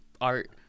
art